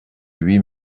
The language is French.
huit